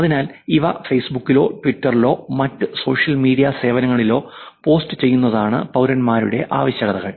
അതിനാൽ ഇവ ഫേസ്ബുക്കിലോ ട്വിറ്ററിലോ മറ്റ് സോഷ്യൽ മീഡിയ സേവനങ്ങളിലോ പോസ്റ്റുചെയ്യുന്നതാണ് പൌരന്മാരുടെ ആവശ്യകതകൾ